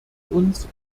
uns